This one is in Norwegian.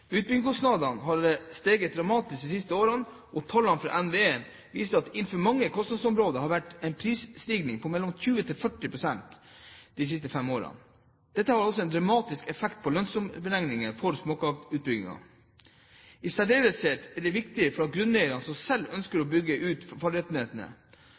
har steget dramatisk de siste årene, og tallene fra NVE viser at det innenfor mange kostnadsområder har vært en prisstigning på mellom 20 og 40 pst. de siste fem årene. Dette har også en dramatisk effekt på lønnsomhetsberegningene for småkraftutbygginger. I særdeleshet er dette viktig for grunneiere som selv ønsker å bygge ut fallrettighetene.